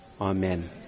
Amen